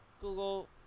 Google